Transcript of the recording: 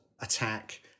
attack